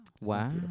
wow